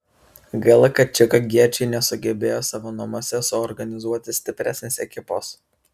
gaila kad čikagiečiai nesugebėjo savo namuose suorganizuoti stipresnės ekipos